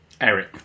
Eric